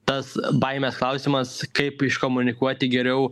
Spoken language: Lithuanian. tas baimės klausimas kaip iškomunikuoti geriau